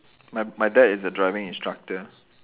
my my dad is a driving instructor